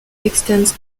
extends